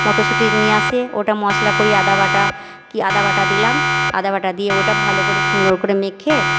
মটরশুঁটি নিয়ে আসে ওটা মশলা করি আদা বাটা কী আদা বাটা দিলাম আদা বাটা দিয়ে ওটা ভালো করে সুন্দর করে মেখে